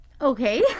Okay